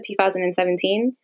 2017